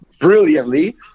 brilliantly